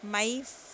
میں